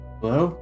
Hello